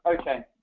Okay